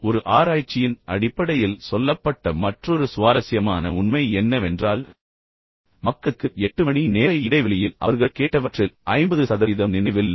ஒரு ஆராய்ச்சியின் அடிப்படையில் எங்களுக்குச் சொல்லப்பட்ட மற்றொரு சுவாரஸ்யமான உண்மை என்னவென்றால் மக்களுக்கு 8 மணி நேர இடைவெளியில் அவர்கள் கேட்டவற்றில் 50 சதவீதம் நினைவில் இல்லை